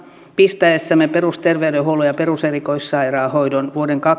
pistäessämme perusterveydenhuollon ja peruserikoissairaanhoidon vuoden